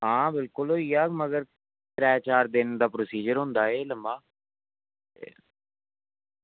हां बिलकुल होई जा मगर त्रै चार दिन दा प्रोसीज़र होंदा एह् लम्मां